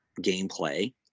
gameplay